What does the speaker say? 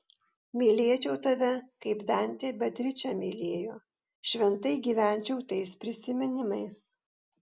mylėčiau tave kaip dantė beatričę mylėjo šventai gyvenčiau tais prisiminimais